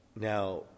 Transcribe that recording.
Now